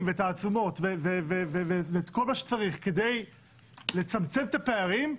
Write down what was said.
ותעצומות ואת כל מה שצריך כדי לצמצם את הפערים,